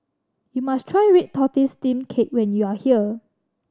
you must try red tortoise steamed cake when you are here